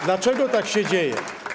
Dlaczego tak się dzieje?